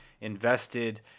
invested